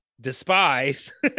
despise